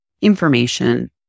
information